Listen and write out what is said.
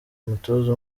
umutoza